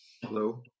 Hello